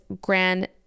Grand